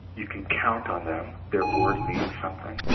you can count on them, their word means something,